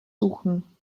suchen